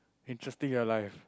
interesting your life